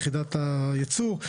יחידת הייצוא.